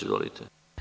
Izvolite.